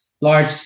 large